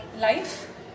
life